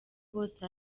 bose